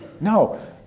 No